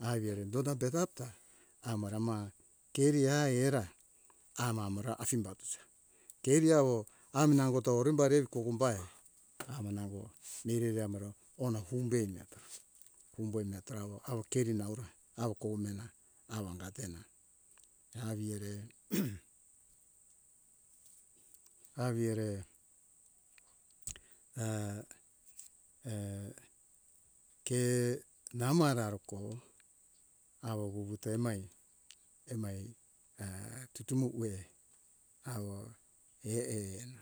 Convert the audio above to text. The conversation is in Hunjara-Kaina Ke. aivi ere donda be data amara ma keri ae era amo amora asimbatosa keriawo am nangoto erumbari kogumbae amo nango mireri amoro ona fumbe meatora umboi meatora awo awo keri naura awo kou nihena awo angatena avi ere avi ere ke namo araroko awo wuwu temai emai tumu uwe awo ehena